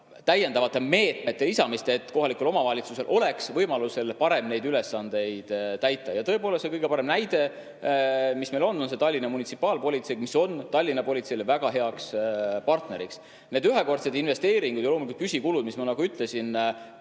täiendavate meetmete lisamisest, et kohalikul omavalitsusel oleks võimaluse korral parem neid ülesandeid täita. Ja tõepoolest, kõige parem näide, mis meil on, on Tallinna munitsipaalpolitsei, mis on Tallinna politseile väga hea partner. Need ühekordsed investeeringud ja loomulikult püsikulud, mis ma ütlesin,